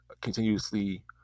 continuously